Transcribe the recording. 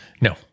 No